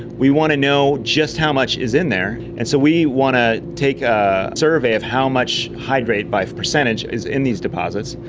we want to know just how much is in there, and so we want to take a survey of how much hydrate by percentage is in these deposits.